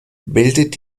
bildet